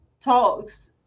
talks